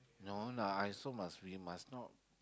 no lah I also must we must not